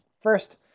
First